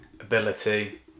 ability